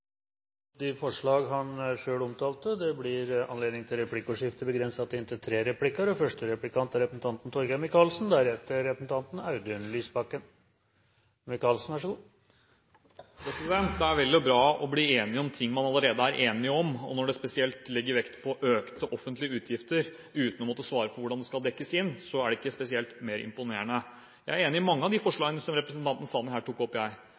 de forslagene han refererte til. Det blir replikkordskifte. Det er vel og bra å bli enige om ting man allerede er enige om. Når det også spesielt legges vekt på økte offentlige utgifter, uten å svare på hvordan det skal dekkes inn, er det ikke mer imponerende. Jeg er enig i mange av de forslagene som representanten Sanner her tok opp.